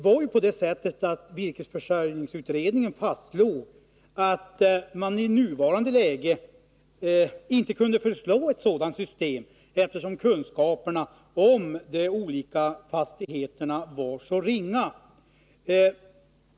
Virkesförsörjningsutredningen fastslog ju att man i nuvarande läge inte kunde föreslå ett sådant system, eftersom kunskaperna om de olika skogsfastigheterna var så ringa.